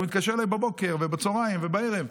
הוא התקשר אליי בבוקר ובצוהריים ובערב,